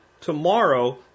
tomorrow